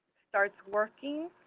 starts working,